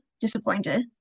disappointed